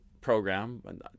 program